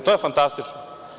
To je fantastično.